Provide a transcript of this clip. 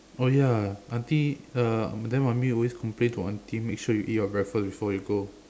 oh ya auntie uh then mummy always complain to auntie make sure you eat your breakfast before you go